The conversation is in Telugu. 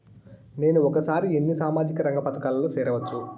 నేను ఒకేసారి ఎన్ని సామాజిక రంగ పథకాలలో సేరవచ్చు?